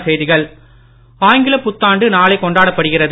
புத்தாண்டு ஆங்கிலப் புத்தாண்டு நாளை கொண்டாடப்படுகிறது